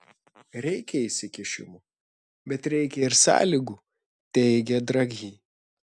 reikia įsikišimo bet reikia ir sąlygų teigė draghi